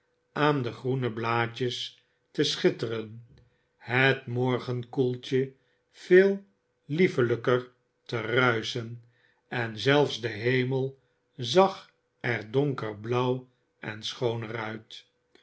aan de groene blaadjes te schitteren het morgenkoeltje veel liefelijker te ruischen en zelfs de hemel zag er donkerder blauw en schooner uit